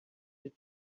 did